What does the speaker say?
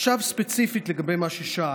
עכשיו ספציפית לגבי מה ששאלת,